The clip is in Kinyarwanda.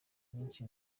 minsi